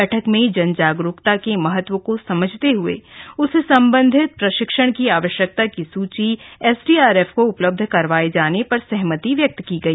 बैठक में जनजागरूकता के महत्व को समझते हुए उससे संबंधित प्रशिक्षण की आवश्यकता की सूची एस डी आर एफ को उपलब्ध करवाये जाने पर सहमति व्यक्त की गई